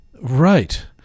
Right